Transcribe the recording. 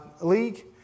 league